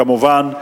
כמובן,